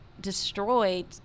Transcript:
destroyed